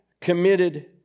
committed